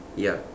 ya